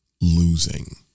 losing